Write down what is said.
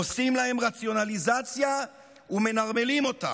עושים להם רציונליזציה ומנרמלים אותם.